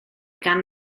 gan